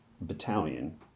battalion